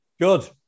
Good